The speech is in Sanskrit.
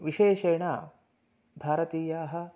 विशेषेण भारतीयाः